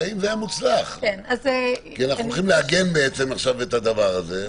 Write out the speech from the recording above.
כי אנחנו הולכים לעגן עכשיו את הדבר הזה,